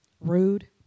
Rude